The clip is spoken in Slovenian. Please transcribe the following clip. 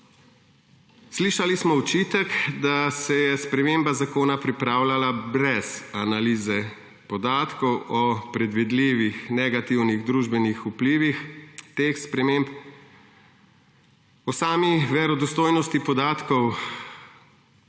Slišali smo očitek, da se je sprememba zakona pripravljala brez analize podatkov o predvidljivih negativnih družbenih vplivih teh sprememb. O sami verodostojnosti podatkov